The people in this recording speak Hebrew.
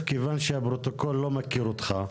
כיוון שהפרוטוקול לא מכיר אותך,